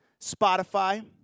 Spotify